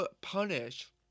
punish